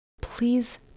please